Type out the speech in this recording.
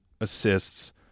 assists